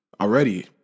already